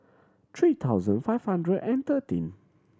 three thousand five hundred and thirteen